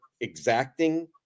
exacting